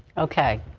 okay.